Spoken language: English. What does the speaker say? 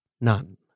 None